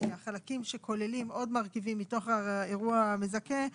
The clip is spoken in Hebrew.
החלקים שכוללים עוד מרכיבים מתוך האירוע המזכה,